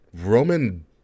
Roman